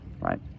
right